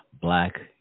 black